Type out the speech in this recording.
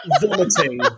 vomiting